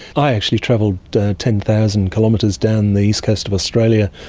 i actually travelled ten thousand kilometres down the east coast of australia.